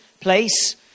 place